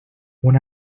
one